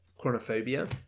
chronophobia